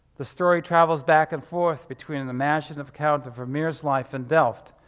the story travels back and forth between an imaginative account of vermeer's life in delft,